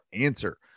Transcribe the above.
answer